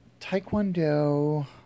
Taekwondo